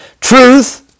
Truth